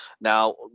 now